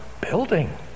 building